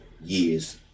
years